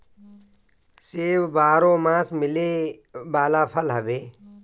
सेब बारहोमास मिले वाला फल हवे